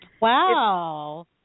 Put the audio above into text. Wow